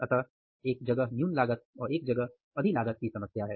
अतः एक जगह न्यून लागत और एक जगह अधिक लागत की समस्या है